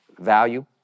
value